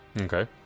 Okay